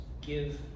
give